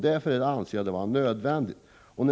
Därför anser jag att dessa åtgärder är nödvändiga.